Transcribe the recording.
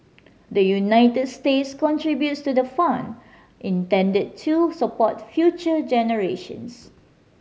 the United States contributes to the fund intended to support future generations